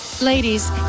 Ladies